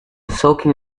soaking